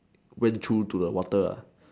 went through to the water lah